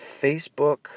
Facebook